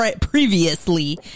previously